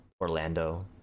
Orlando